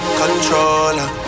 controller